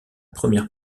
première